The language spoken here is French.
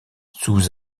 sous